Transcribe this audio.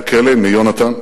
מהכלא, מיונתן,